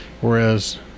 Whereas